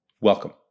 welcome